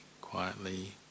quietly